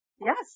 Yes